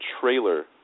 trailer